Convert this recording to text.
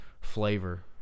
flavor